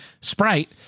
sprite